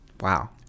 Wow